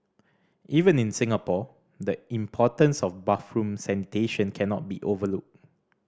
even in Singapore the importance of bathroom sanitation cannot be overlooked